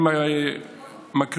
תודה